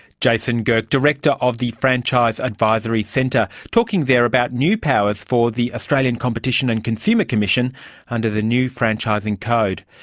jason gehrke, director of the franchise advisory centre, talking there about new powers for the australian competition and consumer commission under the new franchising code.